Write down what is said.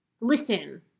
Listen